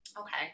okay